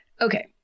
Okay